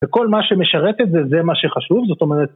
וכל מה שמשרת את זה, זה מה שחשוב זאת אומרת